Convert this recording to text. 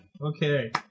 Okay